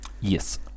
Yes